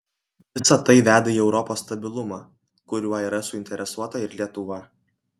visa tai veda į europos stabilumą kuriuo yra suinteresuota ir lietuva